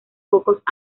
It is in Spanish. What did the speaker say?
pocos